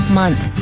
months